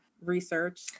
research